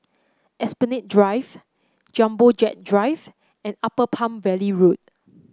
Esplanade Drive Jumbo Jet Drive and Upper Palm Valley Road